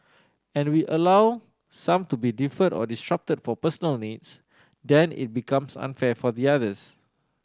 and we allow some to be deferred or disrupted for personal needs then it becomes unfair for the others